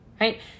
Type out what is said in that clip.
right